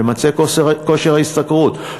ממצה כושר ההשתכרות.